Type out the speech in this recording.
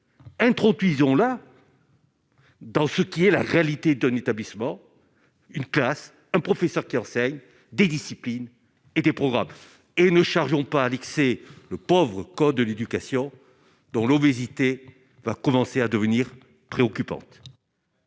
introduisons là dans ce qui est la réalité d'un établissement une classe un professeur qui enseignent des disciplines et des programmes et ne chargeons pas Alix et le pauvre, code de l'éducation, dont l'obésité va commencer à devenir préoccupante.